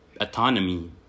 autonomy